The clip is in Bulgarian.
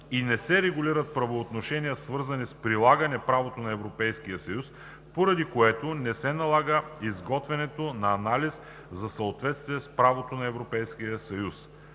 и не се регулират правоотношения, свързани с прилагане правото на Европейския съюз, поради което не се налага и изготвянето на анализ за съответствие с правото на